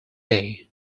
day